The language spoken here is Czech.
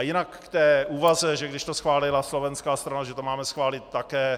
Jinak k té úvaze, že když to schválila slovenská strana, máme to schválit také.